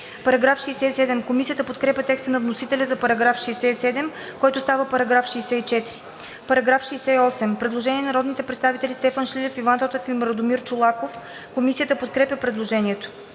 става § 63. Комисията подкрепя текста на вносителя за § 67, който става § 64. По § 68 има предложение на народните представители Стефан Шилев, Иван Тотев и Радомир Чолаков. Комисията подкрепя предложението.